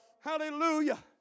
Hallelujah